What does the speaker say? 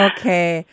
Okay